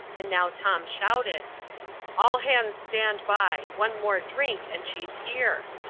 and now tom shouted all hands stand by! one more drink, and she's here!